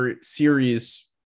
series